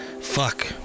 fuck